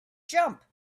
jump